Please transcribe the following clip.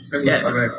Yes